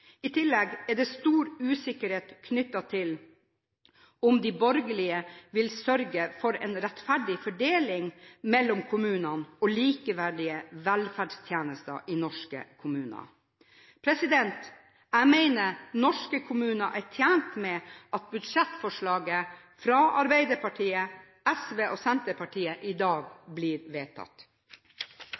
I tillegg er det stor usikkerhet knyttet til om de borgerlige vil sørge for en rettferdig fordeling mellom kommunene, og likeverdige velferdstjenester i norske kommuner. Jeg mener norske kommuner er tjent med at budsjettforslaget fra Arbeiderpartiet, SV og Senterpartiet i dag blir vedtatt.